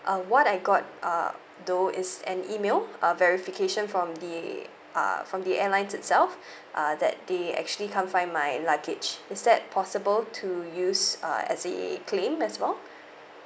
uh what I got uh though is an email a verification from the uh from the airline itself uh that they actually can't find my luggage is that possible to use uh as a claim as well